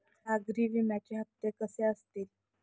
सागरी विम्याचे हप्ते कसे असतील?